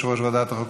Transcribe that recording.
יושב-ראש ועדת החוק,